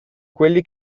quelli